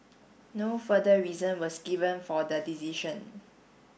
no further reason was given for the decision